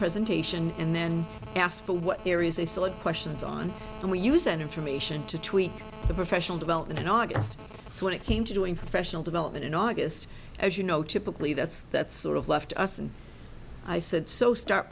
presentation and then asked what areas they select questions on and we use that information to tweak the professional development in august when it came to doing professional development in august as you know typically that's that sort of left us and i said so start